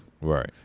Right